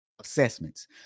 assessments